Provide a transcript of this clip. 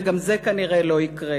וגם זה כנראה לא יקרה.